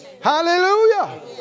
Hallelujah